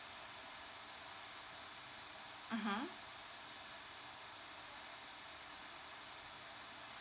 mmhmm